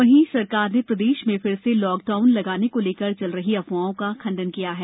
वहीं सरकार ने प्रदेश में फिर से लाक डाउन लगाने को लेकर चल रही अफवाहों का खंडन किया है